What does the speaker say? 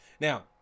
Now